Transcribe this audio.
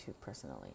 personally